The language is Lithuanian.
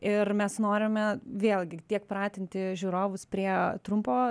ir mes norime vėlgi tiek pratinti žiūrovus prie trumpo